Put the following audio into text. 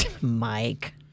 Mike